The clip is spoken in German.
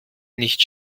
nicht